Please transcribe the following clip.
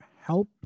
help